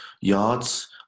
yards